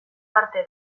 parte